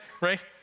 right